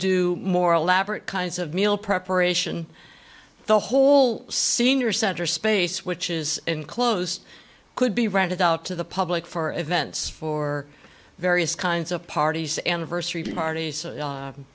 do more elaborate kinds of meal preparation the whole senior center space which is enclosed could be rented out to the public for events for various kinds of parties anniversary part